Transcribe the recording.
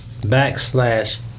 backslash